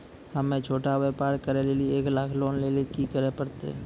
हम्मय छोटा व्यापार करे लेली एक लाख लोन लेली की करे परतै?